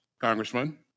Congressman